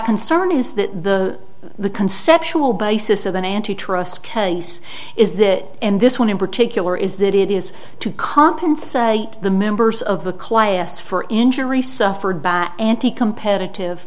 concern is that the the conceptual basis of an antitrust case is that in this one in particular is that it is to compensate the members of the class for injury suffered anti competitive